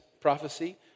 prophecy